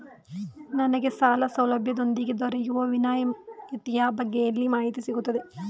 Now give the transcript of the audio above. ನನಗೆ ಸಾಲ ಸೌಲಭ್ಯದೊಂದಿಗೆ ದೊರೆಯುವ ವಿನಾಯತಿಯ ಬಗ್ಗೆ ಎಲ್ಲಿ ಮಾಹಿತಿ ಸಿಗುತ್ತದೆ?